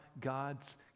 God's